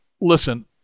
listen